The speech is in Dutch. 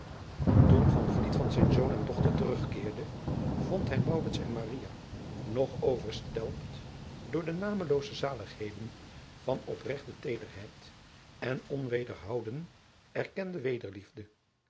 oen van zijn zoon en dochter terugkeerde vond hij en nog overstelpt door de namelooze zaligheden van opregte teederheid en onwederhouden erkende